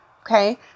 Okay